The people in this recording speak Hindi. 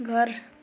घर